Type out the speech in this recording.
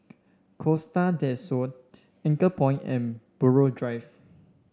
Costa Del Sol Anchorpoint and Buroh Drive